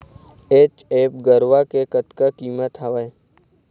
HF गरवा के कतका कीमत हवए?